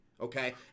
okay